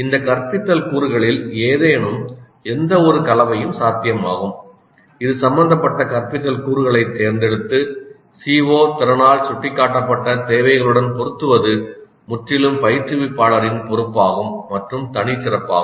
இந்த கற்பித்தல் கூறுகளில் ஏதேனும் எந்தவொரு கலவையும் சாத்தியமாகும் இது சம்பந்தப்பட்ட கற்பித்தல் கூறுகளைத் தேர்ந்தெடுத்து CO திறனால் சுட்டிக்காட்டப்பட்ட தேவைகளுடன் பொருத்துவது முற்றிலும் பயிற்றுவிப்பாளரின் பொறுப்பாகும் மற்றும் தனிச்சிறப்பாகும்